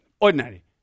Ordinary